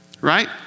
Right